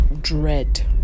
dread